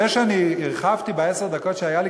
זה שאני הרחבתי בעשר הדקות שהיו לי